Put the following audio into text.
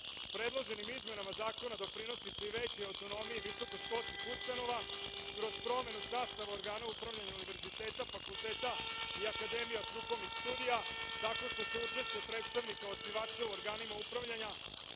rada. Predloženim izmenama Zakona doprinosi se i većoj autonomiji visokoškolskih ustanova, kroz promenu sastava organa upravljanja univerziteta, fakulteta i akademija strukovnih studija, zato što se učešće predstavnika osnivača u organima upravljanja